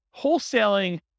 wholesaling